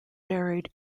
buried